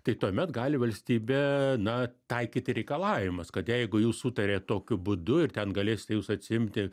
tai tuomet gali valstybė na taikyti reikalavimus kad jeigu jūs sutarėt tokiu būdu ir ten galėsite jūs atsiimti